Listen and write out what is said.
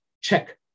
check